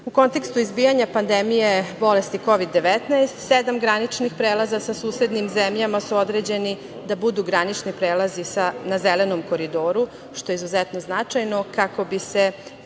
kontekstu izbijanja pandemije bolesti Kovid - 19 sedam graničnih prelaza sa susednim zemljama su određeni da budu granični prelazi na zelenom koridoru, što je izuzetno značajno, kako bi se